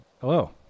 Hello